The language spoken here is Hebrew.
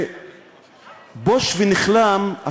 ובוש ונכלם,